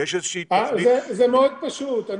זה מאוד פשוט.